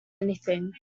anything